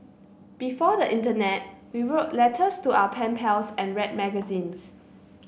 before the internet we wrote letters to our pen pals and read magazines